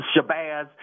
Shabazz